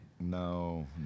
No